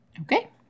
Okay